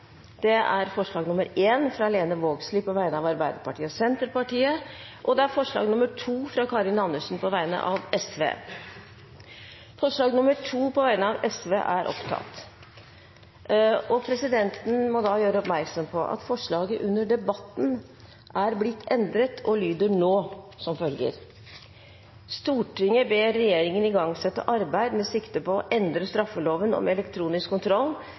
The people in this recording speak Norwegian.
alt to forslag. Det er forslag nr. 1, fra Lene Vågslid på vegne av Arbeiderpartiet og Senterpartiet forslag nr. 2, fra Karin Andersen på vegne av Sosialistisk Venstreparti Det voteres over forslag nr. 2, fra Sosialistisk Venstreparti. Presidenten gjør oppmerksom på at forslaget under debatten er blitt endret og lyder nå som følger: «Stortinget ber regjeringen igangsette arbeid med sikte på å endre straffeloven om elektronisk kontroll